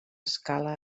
escala